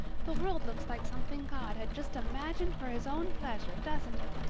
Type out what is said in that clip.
the world looks like something god had just imagined for his own pleasure, doesn't it?